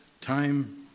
time